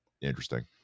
interesting